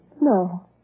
No